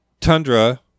Tundra